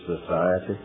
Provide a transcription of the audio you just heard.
society